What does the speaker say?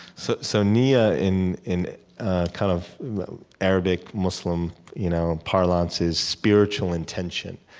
so so niyyah in in kind of arabic-muslim you know parlance is spiritual intention.